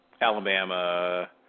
Alabama